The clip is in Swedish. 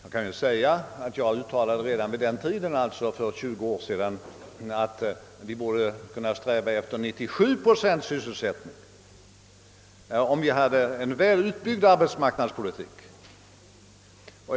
Redan för 20 år sedan uttalade jag emellertid att vi borde kunna sträva efter och uppnå 97 procents sysselsättning, om vi hade en väl utbyggd arbetsmarknadspolitik.